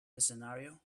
scenario